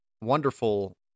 wonderful